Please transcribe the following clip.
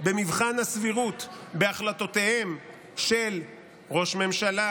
במבחן הסבירות בהחלטותיהם של ראש ממשלה,